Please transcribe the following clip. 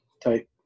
type